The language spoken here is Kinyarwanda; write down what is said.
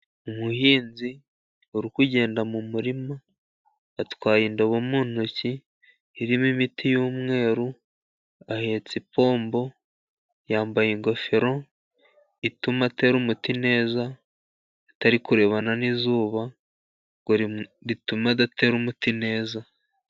Umuhinzi uri kugenda mu murima yatwaye indabo mu ntoki irimo imiti y'umweru, ahetse ipombo, yambaye ingofero ituma atera umuti neza atariri kurebana n'izuba, ngo ritume adatera umuti neza.